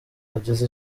ageza